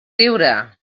riure